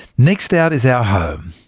next out is our home,